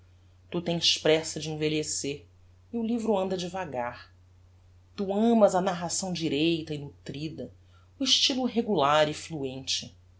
tu tens pressa de envelhecer e o livro anda devagar tu amas a narração direita e nutrida o estylo regular e fluente